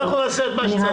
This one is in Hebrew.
אנחנו נעשה את מה שצריך.